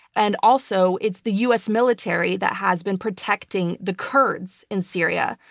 and also, it's the u. s. military that has been protecting the kurds in syria.